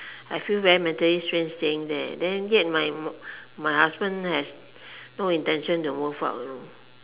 I feel very mentally stressed saying that then yet my my husband has no intention to move out